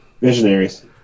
Visionaries